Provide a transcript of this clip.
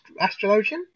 astrologian